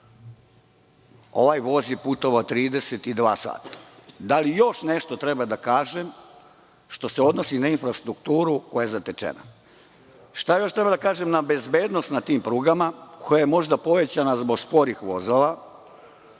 Ovaj voz je putovao 32 sata. Da li još nešto treba da kažem što se odnosi na infrastrukturu koja je zatečena? Šta još treba da kažem za bezbednost na tim prugama koja je možda povećana zbog sporih vozova,